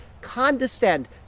condescend